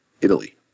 Italy